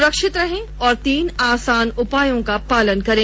सुरक्षित रहें और तीन आसान उपायों का पालन करें